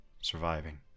surviving